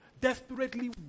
Desperately